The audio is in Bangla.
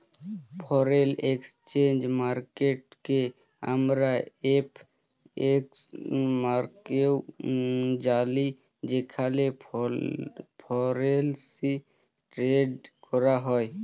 ফরেল একসচেঞ্জ মার্কেটকে আমরা এফ.এক্স লামেও জালি যেখালে ফরেলসি টেরেড ক্যরা হ্যয়